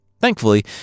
Thankfully